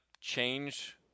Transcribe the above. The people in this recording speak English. change